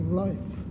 life